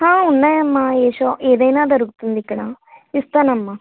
ఉన్నాయి అమ్మ ఏ షా ఏదైన దొరుకుతుంది ఇక్కడ ఇస్తాను అమ్మ